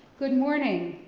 good morning.